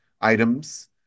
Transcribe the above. items